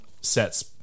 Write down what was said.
Set's